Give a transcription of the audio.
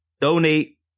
donate